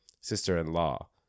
sister-in-law